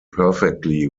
perfectly